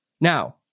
Now